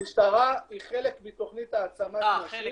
המשטרה היא חלק מתוכנית העצמה של נשים